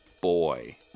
boy